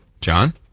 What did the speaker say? John